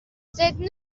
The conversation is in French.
cette